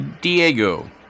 Diego